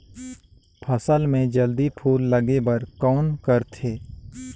फसल मे जल्दी फूल लगे बर कौन करथे?